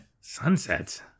Sunsets